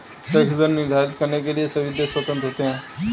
tax दर निर्धारित करने के लिए सभी देश स्वतंत्र होते है